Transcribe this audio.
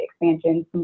expansions